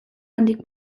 handik